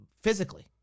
physically